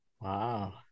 Wow